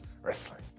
wrestling